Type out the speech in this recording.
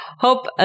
Hope